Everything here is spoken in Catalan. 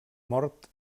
mort